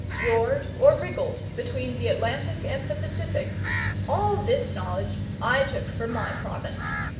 roared, or wriggled between the atlantic and the pacific all this knowledge i took for my province.